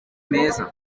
meza